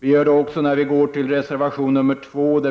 Detsamma gäller reservation 2.